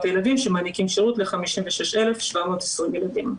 ילדים שמעניקים שירות ל-56,720 ילדים.